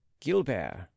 GILBERT